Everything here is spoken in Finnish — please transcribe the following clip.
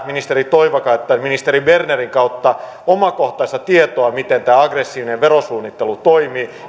ministeri toivakan että ministeri bernerin kautta omakohtaista tietoa miten tämä aggressiivinen verosuunnittelu toimii